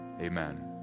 Amen